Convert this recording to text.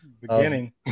beginning